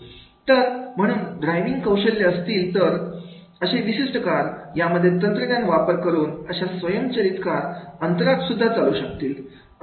तर म्हणून ड्रायव्हिंग कौशल्य असतील तर अशा विशिष्ट कार यामध्ये तंत्रज्ञान वापरून अशा स्वयंचलित कार अंतराळात सुद्धा चालू शकतील